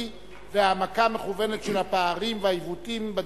והעמקה מכוונת של הפערים והעיוותים בבריאות,